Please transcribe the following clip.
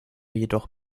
jedoch